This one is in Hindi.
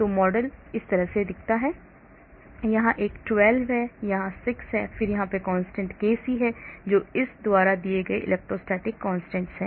तो मॉडल इस तरह दिखता है यहां एक 12 है यहां 6 है फिर एक constant kc है जो इस द्वारा दिए गए इलेक्ट्रोस्टैटिक constant है